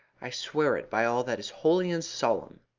i swear it by all that is holy and solemn!